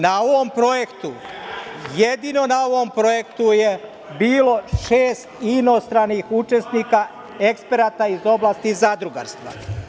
Na ovom projektu, jedino na ovom projektu je bilo šest inostranih učesnika, eksperata iz oblasti zadrugarstva.